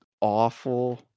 awful